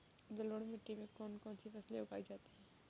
जलोढ़ मिट्टी में कौन कौन सी फसलें उगाई जाती हैं?